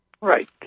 Right